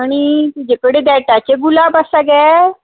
आनी तुजे कडेन देठाचे गुलाब आसा गे